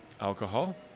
Alcohol